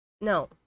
No